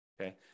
okay